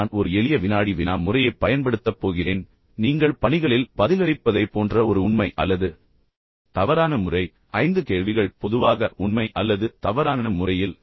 நான் ஒரு எளிய வினாடி வினா முறையைப் பயன்படுத்தப் போகிறேன் நீங்கள் உண்மையில் பணிகளில் பதிலளிப்பதைப் போன்ற ஒரு உண்மை அல்லது தவறான முறை ஐந்து கேள்விகள் பொதுவாக உண்மை அல்லது தவறான முறையில் இருக்கும்